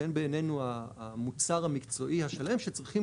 שהן בעינינו המוצר המקצועי השלם שצריכים